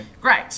Great